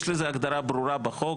יש לזה הגדרה ברורה בחוק